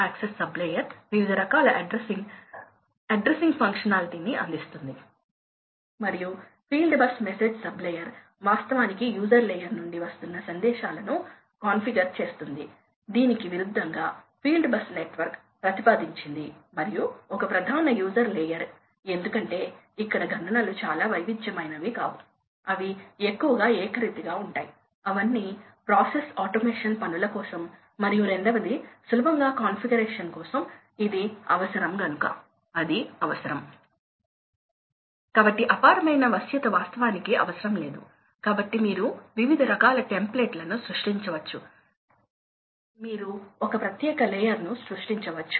మీకు చూపించడానికి మేము ఫ్యాన్ కర్వ్ వద్ద ఉన్నాము కాబట్టి దీనిని చూద్దాం వాస్తవానికి ఇది సుమారు 300 ఫ్యాన్ RPM తో లెక్కించబడింది కాబట్టి ఇది 300 కర్వ్ కాబట్టి ఈ కర్వ్ ను చూస్తే ఇది స్థిరమైన rpm 300 కర్వ్ మరియు ఇది 100 శాతం కాబట్టి ఇది ఇక్కడ ఎక్కడో ఉన్నట్లు మీరు చూస్తారు కనుక ఇది ఎక్కడో ముగిసింది ఇక్కడ ఇప్పుడు మీరు ఇక్కడ పవర్ అవసరం ఏమిటో చూస్తున్నారు ఈ కర్వ్స్ చూడండి ఇది 30 ఇది స్థిరమైన 30 కర్వ్